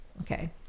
Okay